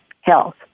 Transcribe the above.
health